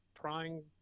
trying